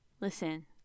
Listen